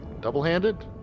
double-handed